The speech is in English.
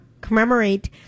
commemorate